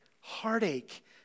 heartache